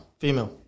Female